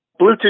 Bluetooth